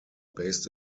based